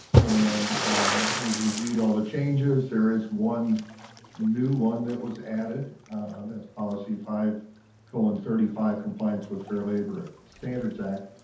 and we've reviewed all the changes. there is one new one that was added that's policy five and thirty five compliance with fair labor standards act.